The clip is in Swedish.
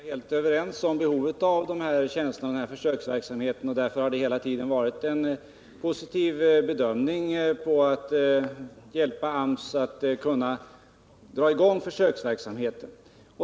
Herr talman! Anna-Greta Leijon och jag är helt överens om behovet av tjänsterna och försöksverksamheten, och därför har det hela tiden varit en positiv bedömning att hjälpa AMS att dra i gång försöksverksamheten.